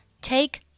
take